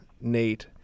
Nate